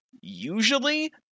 usually